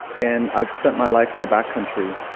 and i've spent my life in the back country